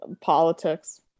politics